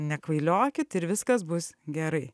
nekvailiokit ir viskas bus gerai